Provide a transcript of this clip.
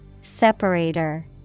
Separator